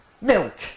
milk